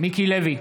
מיקי לוי,